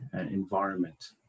environment